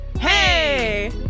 Hey